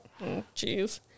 jeez